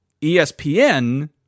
ESPN